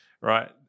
right